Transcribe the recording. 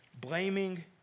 blaming